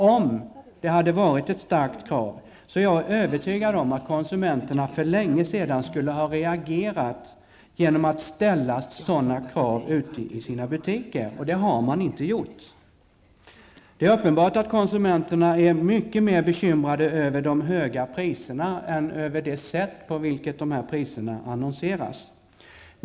Om det hade varit ett starkt krav är jag övertygad om att konsumenterna för länge sedan skulle ha reagerat genom att ställa sådana krav i sina butiker -- men det har man inte gjort. Det är uppenbart att konsumenterna är mycket mer bekymrade över de höga priserna än över det sätt på vilket dessa priser annonseras.